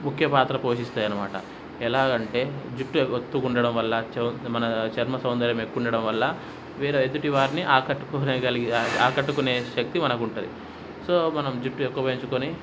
ముఖ్య పాత్ర పోషిస్తాయి అన్నమాట ఎలా గంటే జుట్టు ఒత్తుగా ఉండడం వల్ల చొ మన చర్మ సౌందర్యం ఎక్కువ ఉండడం వల్ల వీరు ఎదుటివారిని ఆకట్టుకునే కలిగే ఆకట్టుకునే శక్తి మనకు ఉంటుంది సో మనం జుట్టు ఎక్కువ పెంచుకొని